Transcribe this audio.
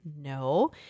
No